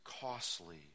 costly